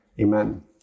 amen